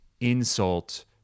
insult